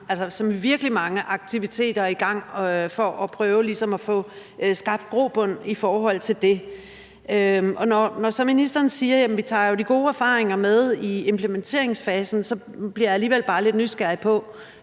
virkelig mange – aktiviteter i gang for at prøve at få skabt grobund i forhold til det. Når så ministeren siger, at de gode erfaringer tages med i implementeringsfasen, bliver jeg alligevel bare lidt nysgerrig på,